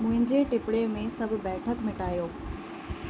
मुंजे टिपणे में सभु बैठकु मिटायो